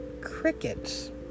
crickets